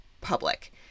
public